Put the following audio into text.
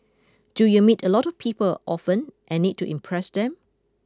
do you meet a lot of people often and need to impress them